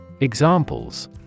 Examples